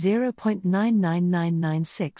0.99996